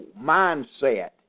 mindset